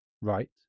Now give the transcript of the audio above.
right